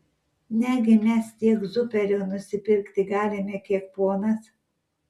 negi mes tiek zuperio nusipirkti galime kiek ponas